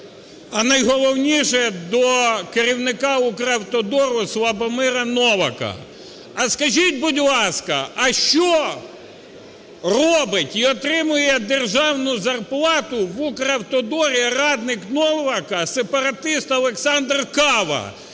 а найголовніше - до керівника "Укравтодору" Славоміра Новака: а скажіть, будь ласка, а що робить і отримує державну зарплату в "Укравтодорі" радник Новака сепаратист Олександр Кава,